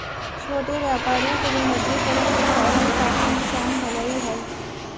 छोटे व्यापारियों को विमुद्रीकरण के कारण काफी नुकसान होलई हल